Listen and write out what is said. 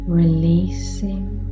releasing